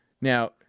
Now